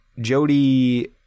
Jody